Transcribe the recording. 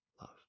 love